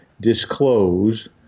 disclose